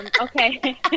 okay